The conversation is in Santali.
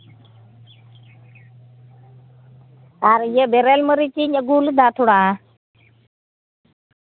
ᱟᱨ ᱤᱭᱟᱹ ᱵᱮᱨᱮᱞ ᱢᱟᱨᱤᱪᱤᱧ ᱟᱹᱜᱩ ᱞᱮᱫᱟ ᱛᱷᱚᱲᱟ